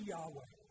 Yahweh